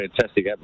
fantastic